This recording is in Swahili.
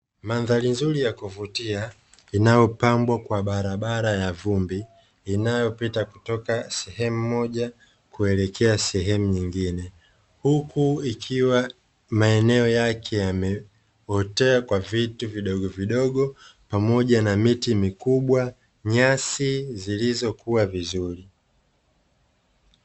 Mandhari nzuri ya kuvutia inayopambwa kwa barabara ya vumbi inayopita kutoka sehemu moja kuelekea sehemu nyingine, huku ikiwa maeneo yake yameotea kwa vitu vidogovidogo pamoja na miti mikubwa, nyasi zilizokua vizuri.